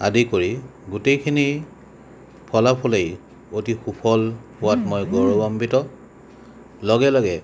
আদি কৰি গোটেইখিনি ফলাফলেই অতি সুফল পোৱাত মই গৌৰৱান্বিত লগে লগে